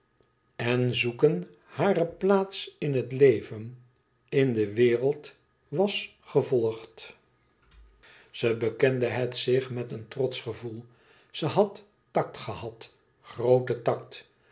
en zoeken hare plaats in het leven in de wereld was gevolgd ze bekende het zich met een trotsch gevoel ze had tact gehad grooten tact